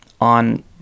on